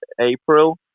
April